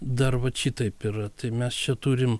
dar vat šitaip yra tai mes čia turim